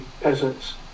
peasants